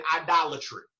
idolatry